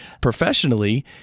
professionally